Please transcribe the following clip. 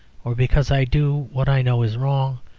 or because i do what i know is wrong,